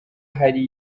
hari